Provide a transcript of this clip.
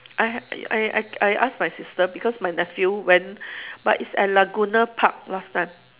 I I I I ask my sister because my nephew went but it's at laguna park last time